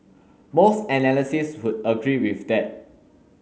most analysis would agree with that